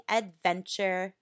adventure